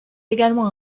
également